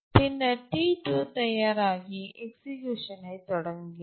பின்னர் T2 தயாராகி execute தொடங்குகிறது